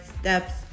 steps